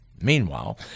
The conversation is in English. Meanwhile